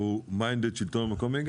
והוא minded לשלטון המקומי,